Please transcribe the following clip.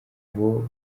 abo